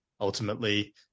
Ultimately